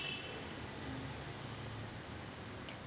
माया जनधन खात्यात कितीक पैसे बाकी हाय?